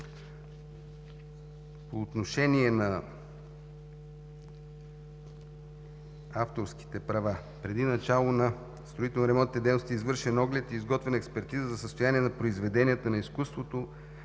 По отношение на авторските права. Преди начало на строително-ремонтните дейности е извършен оглед и изготвена експертиза за състояние на произведенията на изкуството,